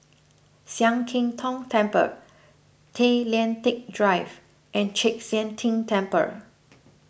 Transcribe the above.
Sian Keng Tong Temple Tay Lian Teck Drive and Chek Sian Tng Temple